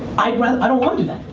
i i don't wanna do that.